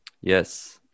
yes